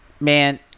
man